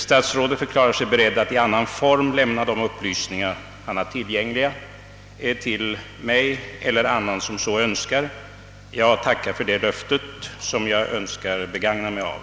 Statsrådet förklarar sig däremot beredd att i annan form lämna de upplysningar han har tillgängliga till mig eller annan som så önskar. Jag tackar för det löftet, som jag skall begagna mig av.